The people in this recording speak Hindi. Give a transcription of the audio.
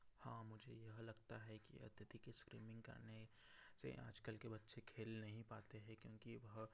हाँ मुझे यह लगता है कि अत्यधिक स्क्रीमिंग करने से आजकल के बच्चे खेल नहीं पाते हैं क्योंकि वह